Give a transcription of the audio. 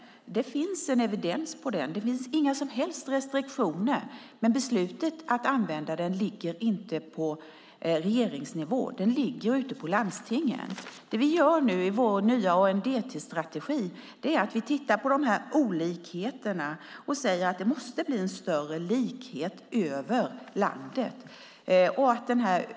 Det finns en evidens om den. Det finns inga som helst restriktioner, men beslutet att använda den ligger inte på regeringsnivå utan på landstingsnivå. Det vi nu gör i vår nya ANDT-strategi är att vi ser på de olikheterna och säger att det måste bli en större likhet över landet.